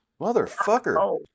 Motherfucker